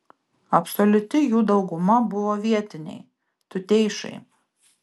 absoliuti jų dauguma buvo vietiniai tuteišai